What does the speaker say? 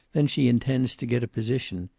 then she intends to get a position.